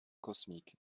cosmique